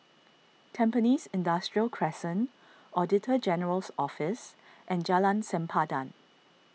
Tampines Industrial Crescent Auditor General's Office and Jalan Sempadan